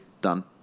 done